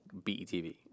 BETV